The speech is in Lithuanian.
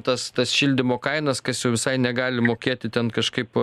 tas tas šildymo kainas kas jau visai negali mokėti ten kažkaip